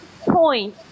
point